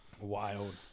Wild